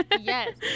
yes